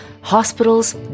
Hospitals